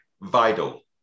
vital